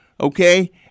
okay